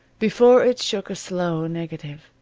before it shook a slow negative.